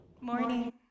Morning